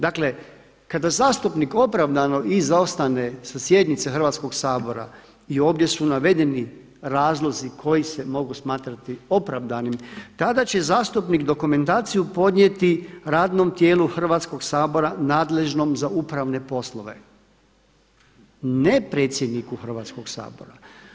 Dakle, kada zastupnik opravdano izostane sa sjednice Hrvatskoga sabora i ovdje su navedeni razlozi koji se mogu smatrati opravdanim, tada će zastupnik dokumentaciju podnijeti radnom tijelu Hrvatskoga sabora nadležnom za upravne poslove, ne predsjedniku Hrvatskoga sabora.